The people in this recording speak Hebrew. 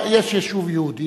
יש יישוב יהודי,